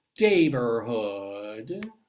neighborhood